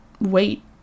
wait